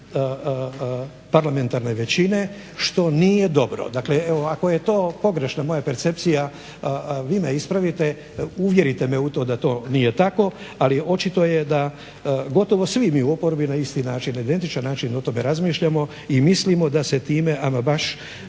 parlamentarne većine što nije dobro. Dakle, evo ako je to pogrešna moja percepcija vi me ispravite, uvjerite me u to da to nije tako ali očito je da gotovo svi mi u oporbi na isti način, identičan način o tome razmišljamo i mislimo da se time ama baš